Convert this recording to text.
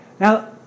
Now